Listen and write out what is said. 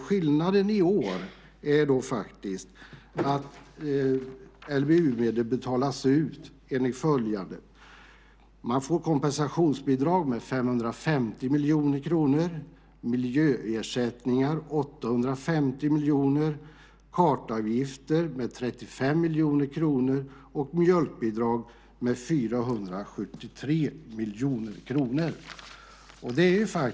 Skillnaden i år är att LBU-medel faktiskt betalas ut enligt följande: Man får kompensationsbidrag med 550 miljoner kronor, miljöersättningar med 850 miljoner kronor, kartavgifter med 35 miljoner kronor och mjölkbidrag med 473 miljoner kronor.